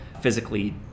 physically